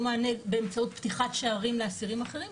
מענה באמצעות פתיחת שערים לאסירים אחרים.